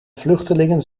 vluchtelingen